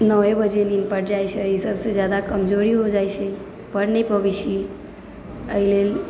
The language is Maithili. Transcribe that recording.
नओए बजे नीन्द पड़ि जाइ छै ईसबसँ ज्यादा कमजोरी हो जाइ छै पढ़ नहि पबै छी एहिलेल